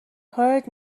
کارت